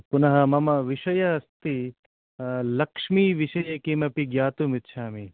पुनः मम विषयः अस्ति लक्ष्मीविषये किमपि ज्ञातुं इच्छामि